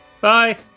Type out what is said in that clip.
Bye